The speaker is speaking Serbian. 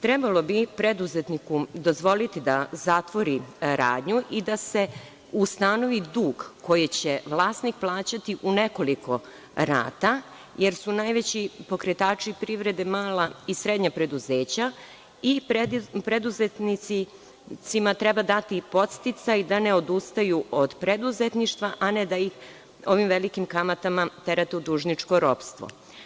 Trebalo bi preduzetniku dozvoliti da zatvori radnju i da se ustanovi dug koji će vlasnik plaćati u nekoliko rata, jer su najveći pokretači privrede mala i srednja preduzeća i preduzetnicima treba dati podsticaj da ne odustaju od preduzetništva, a ne da ih ovim velikim kamatama terate u dužničko ropstvo.